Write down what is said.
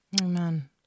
Amen